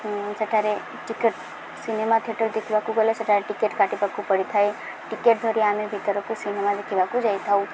ସେଠାରେ ticket cinema theatre ଦେଖିବାକୁ ଗଲେ ସେଠାରେ ଟିକେଟ୍ କାଟିବାକୁ ପଡ଼ିଥାଏ ଟିକେଟ୍ ଧରି ଆମେ ଭିତରକୁ ସିନେମା ଦେଖିବାକୁ ଯାଇଥାଉ